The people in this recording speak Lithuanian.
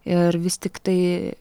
ir vis tiktai